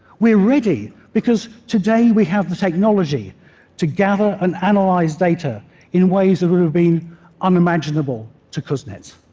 we're ready, because today we have the technology to gather and analyze data in ways that would have been unimaginable to kuznets.